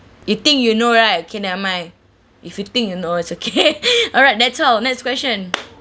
you think you know right okay never mind if you think you know is okay alright that's all next question